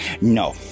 No